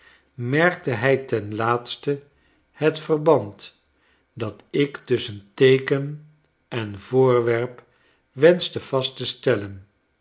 merkte hij ten laatste het verband dat ik tusschen teeken en voorwerp wenschte vast te stellen